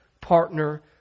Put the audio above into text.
partner